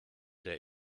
der